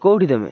କେଉଁଠି ତୁମେ